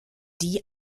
die